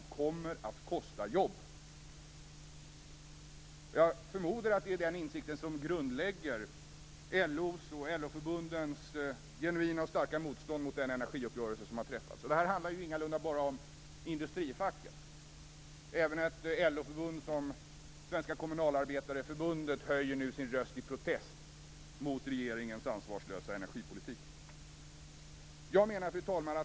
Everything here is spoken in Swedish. Det kommer att kosta jobb. Jag förmodar att det är den insikten som är grundläggande för LO:s och LO-förbundens genuina, starka motstånd mot den energiuppgörelse som har träffats. Det handlar ingalunda enbart om industrifacken. Även ett LO förbund som Svenska kommunalarbetareförbundet höjer nu sin röst i protest mot regeringens ansvarslösa energipolitik. Fru talman!